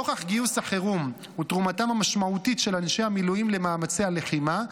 נוכח גיוס החירום ותרומתם המשמעותית של אנשי המילואים למאמצי הלחימה,